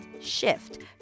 shift